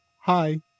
Hi